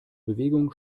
bewegung